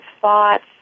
thoughts